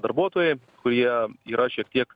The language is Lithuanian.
darbuotojai kurie yra šiek tiek